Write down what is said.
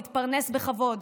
להתפרנס בכבוד,